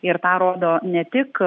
ir tą rodo ne tik